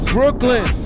Brooklyn